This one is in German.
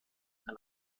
ein